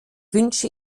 wünsche